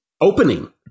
opening